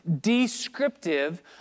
descriptive